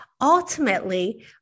Ultimately